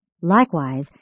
Likewise